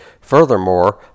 Furthermore